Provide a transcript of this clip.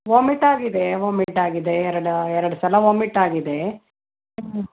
ವಾಮಿಟ್ಟಾಗಿದೆ vomit ಆಗಿದೆ ಎರಡ್ ಎರಡ್ಸಲ ವಾಮಿಟ್ ಆಗಿದೆ